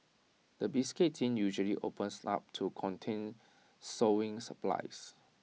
the biscuit tin usually opens up to contain sewing supplies